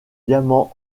diamant